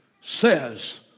says